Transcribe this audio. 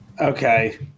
Okay